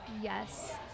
Yes